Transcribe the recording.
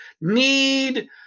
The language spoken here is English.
need